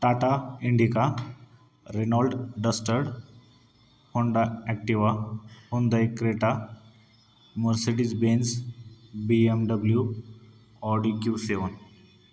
Tata Indica Renault Duster Honda Activa Honda Creta Mercedes Benz B M W Audi Q seven